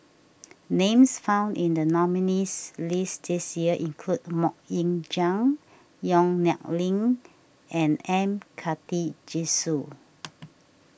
names found in the nominees' list this year include Mok Ying Jang Yong Nyuk Lin and M Karthigesu